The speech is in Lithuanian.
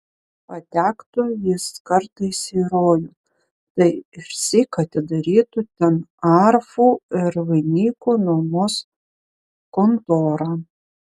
patektų jis kartais į rojų tai išsyk atidarytų ten arfų ir vainikų nuomos kontorą